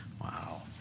wow